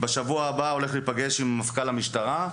הולך להיפגש בשבוע הבא עם מפכ"ל המשטרה,